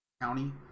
county